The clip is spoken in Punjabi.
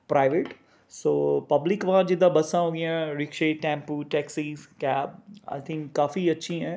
ਪ੍ਰਾਈਵੇਟ ਸੋ ਪਬਲਿਕ ਵਾ ਜਿੱਦਾਂ ਬੱਸਾਂ ਹੋਗੀਆਂ ਰਿਕਸ਼ੇ tempo taxis cab I think ਕਾਫੀ ਅੱਛੀ ਹੈ